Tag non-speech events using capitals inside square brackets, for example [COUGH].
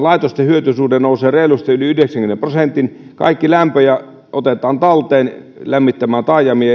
[UNINTELLIGIBLE] laitosten hyötysuhde nousee reilusti yli yhdeksänkymmenen prosentin kaikki lämpö otetaan talteen esimerkiksi lämmittämään taajamia [UNINTELLIGIBLE]